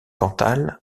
cantal